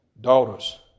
daughters